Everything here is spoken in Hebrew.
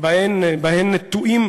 שבהן נטועים